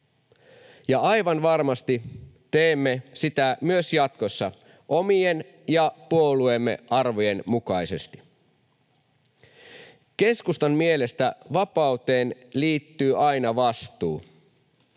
ja aivan varmasti teemme sitä myös jatkossa omien ja puolueemme arvojen mukaisesti. Keskustan mielestä vapauteen liittyy aina vastuu,